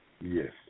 Yes